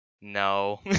no